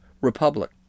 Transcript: republic